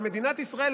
ומדינת ישראל,